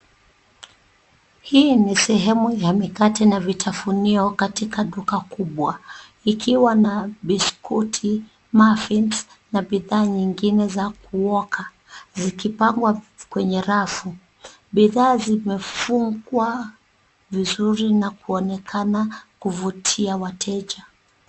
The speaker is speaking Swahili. Hii ni sehemu ya mikate na vitafunio, katika duka kubwa. Ikiwa na biskuti, muffins , na bidhaa nyingine za kuoka, zikipangwa kwenye rafu. Bidhaa zimefungwa vizuri na kuonekana kuvutia wateja.